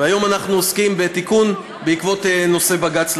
שהיום אנחנו עוסקים בתיקון בעקבות בג"ץ.